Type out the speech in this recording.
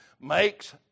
makes